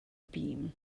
beam